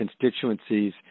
constituencies